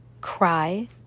Cry